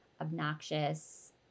obnoxious